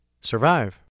survive